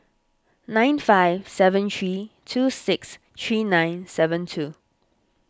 nine five seven three two six three nine seven two